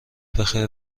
بخیر